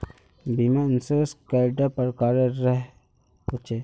बीमा इंश्योरेंस कैडा प्रकारेर रेर होचे